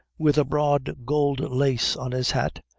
with a broad gold lace on his hat,